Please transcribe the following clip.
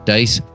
Dice